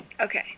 Okay